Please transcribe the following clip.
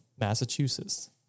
Massachusetts